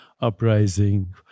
uprising